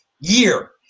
year